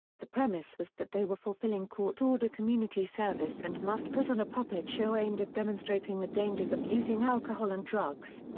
the premise was that they were fulfilling court order community service and must put on a puppet show aimed at demonstrating the dangers of using alcohol and drugs.